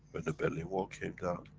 when the berlin wall came down.